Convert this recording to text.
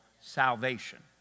salvation